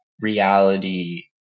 reality